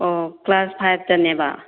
ꯑꯣ ꯀ꯭ꯂꯥꯁ ꯐꯥꯏꯕ ꯇꯅꯦꯕ